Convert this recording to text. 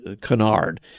canard